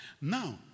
Now